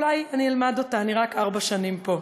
אבל אולי אני אלמד אותה, אני רק ארבע שנים פה.